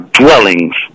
dwellings